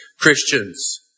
Christians